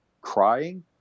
crying